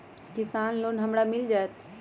किसान लोन हमरा मिल जायत?